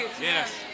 Yes